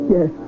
Yes